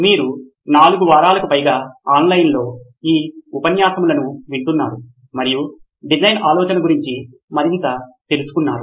మీరు 4 వారాలకు పైగా ఆన్లైన్లో ఈ ఉపన్యాసాలను వింటున్నారు మరియు డిజైన్ ఆలోచన గురించి మరింత తెలుసుకున్నారు